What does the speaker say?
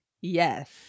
Yes